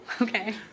okay